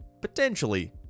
potentially